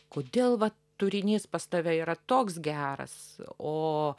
kodėl va turinys pas tave yra toks geras o